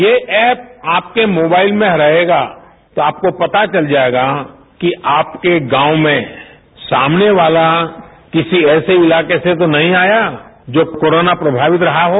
ये ऐप आपके मोबाइल में रहेगा तो आपको पता चल जाएगा कि आपके गांव में सामने वाला किसी ऐसे इलाके से तो नहीं आया जो कोरोना प्रभावित रहा हो